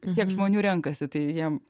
tiek žmonių renkasi tai jiem